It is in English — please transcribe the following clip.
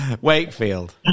Wakefield